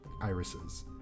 irises